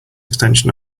extension